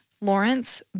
Lawrence